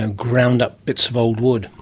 and ground up bits of old wood.